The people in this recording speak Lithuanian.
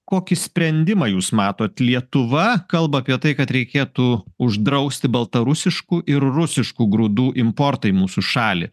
kokį sprendimą jūs matot lietuva kalba apie tai kad reikėtų uždrausti baltarusiškų ir rusiškų grūdų importą į mūsų šalį